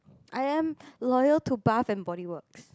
I am loyal to Bath and Body Works